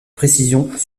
précisions